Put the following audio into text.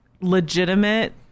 legitimate